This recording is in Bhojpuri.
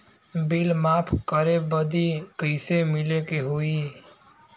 बिल माफ करे बदी कैसे मिले के होई?